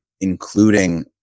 including